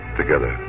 together